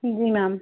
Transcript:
जी ma'am